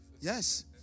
Yes